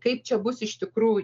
kaip čia bus iš tikrųjų